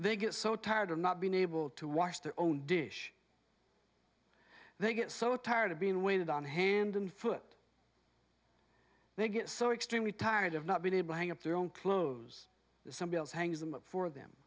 they get so tired of not being able to wash their own dish they get so tired of being waited on hand and foot they get so extremely tired of not being able hang up their own clothes somebody else hangs them up for them